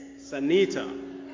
Sanita